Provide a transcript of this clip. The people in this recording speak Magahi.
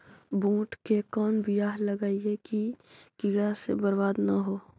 बुंट के कौन बियाह लगइयै कि कीड़ा से बरबाद न हो?